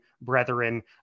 brethren